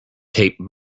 tape